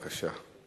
בבקשה.